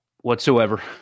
whatsoever